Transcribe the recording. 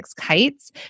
Kites